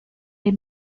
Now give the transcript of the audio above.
les